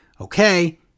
okay